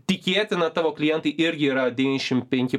tikėtina tavo klientai irgi yra devyniasdešim penki